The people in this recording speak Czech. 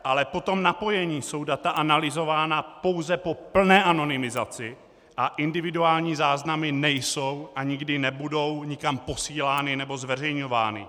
Ale po tom napojení jsou data analyzována pouze po plné anonymizaci a individuální záznamy nejsou a nikdy nebudou nikam posílány nebo zveřejňovány.